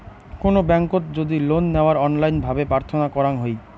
কুনো ব্যাংকোত যদি লোন নেওয়ার অনলাইন ভাবে প্রার্থনা করাঙ হই